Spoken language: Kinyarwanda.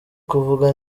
kuvuga